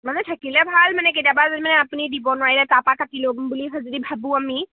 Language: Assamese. মানে থাকিলে ভাল মানে কেতিয়াবা যদি মানে আপুনি দিব নোৱাৰিলাৰে তাৰ পৰা কাটি ল'ম বুলি যদি ভাবোঁ আমি